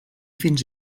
fins